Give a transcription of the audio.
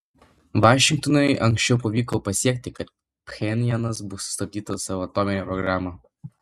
vašingtonui anksčiau pavyko pasiekti kad pchenjanas sustabdytų savo atominę programą